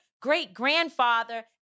great-grandfather